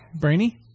Brainy